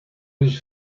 his